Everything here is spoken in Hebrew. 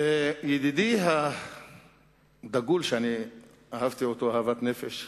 ידידי הדגול שאהבתי אהבת נפש,